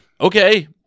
Okay